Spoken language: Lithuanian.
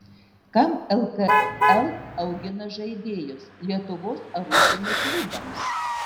kam lkl augina žaidėjus lietuvos ar užsienio klubams